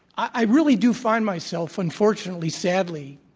i really do find myself, unfortunately, sadly,